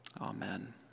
Amen